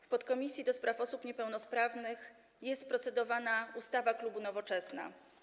W podkomisji do spraw osób niepełnosprawnych jest procedowana ustawa klubu Nowoczesna.